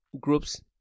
groups